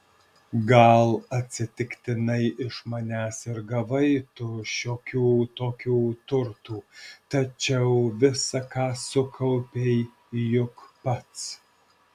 gal atsitiktinai iš manęs ir gavai tu šiokių tokių turtų tačiau visa ką sukaupei juk pats